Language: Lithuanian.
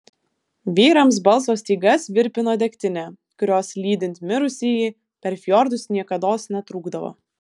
vyrams balso stygas virpino degtinė kurios lydint mirusįjį per fjordus niekados netrūkdavo